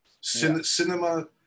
Cinema